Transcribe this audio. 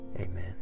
Amen